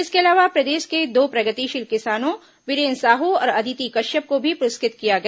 इनके अलावा प्रदेश के दो प्रगतिशील किसानों विरेन्द्र साहू और अदिति कश्यप को भी पुरस्कृत किया गया